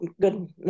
good